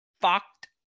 fucked